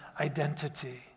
identity